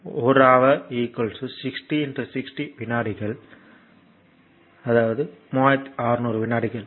1 hour 60 60 வினாடிகள் 3600 வினாடிகள்